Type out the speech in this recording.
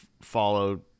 follow